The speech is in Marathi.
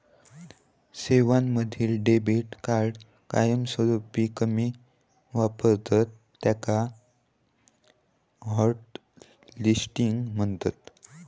सेवांमधना डेबीट कार्ड कायमस्वरूपी कमी वापरतत त्याका हॉटलिस्टिंग म्हणतत